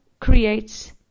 creates